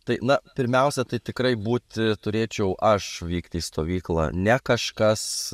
tai na pirmiausia taip tikrai būti turėčiau aš vykt į stovyklą ne kažkas